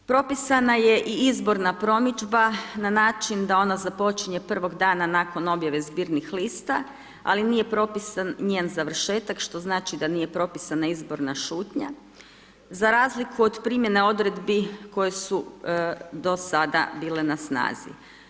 Propisana je i izborna promidžba na način da ona započinje prvog dana nakon objave zbirnih lista ali nije propisan njen završetak što znači da nije propisana izborna šutnja za razliku od primjene odredbi koje su do sada bile na snazi.